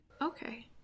Okay